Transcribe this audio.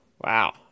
Wow